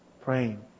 praying